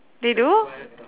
they do